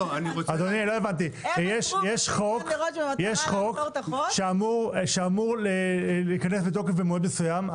אדוני, יש חוק שאמור להיכנס לתוקף במועד מסוים.